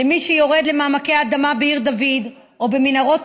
למי שיורד למעמקי האדמה בעיר דוד או במנהרות